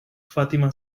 fatima